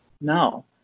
No